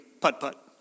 putt-putt